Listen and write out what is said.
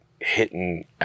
hitting